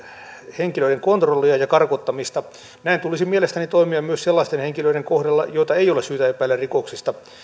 henkilöiden kontrollia ja ja karkottamista näin tulisi mielestäni toimia myös sellaisten henkilöiden kohdalla joita ei ole syytä epäillä rikoksista